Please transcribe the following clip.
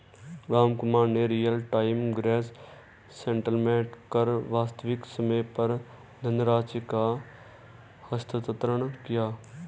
रामकुमार ने real time gross settlement कर वास्तविक समय पर धनराशि का हस्तांतरण किया